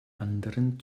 anderen